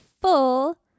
full